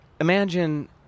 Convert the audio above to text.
Imagine